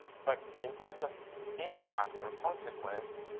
but in terms of impact or consequence,